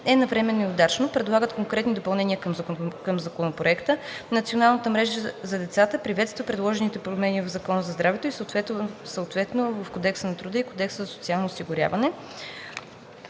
е навременно и удачно. Предлагат и конкретни допълнения към Законопроекта. Националната мрежа за децата приветства предложените промени в Закона за здравето и съответно в Кодекса на труда и Кодекса за социално осигуряване.